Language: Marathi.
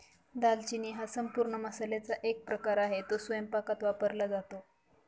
दालचिनी हा संपूर्ण मसाल्याचा एक प्रकार आहे, तो स्वयंपाकात वापरला जातो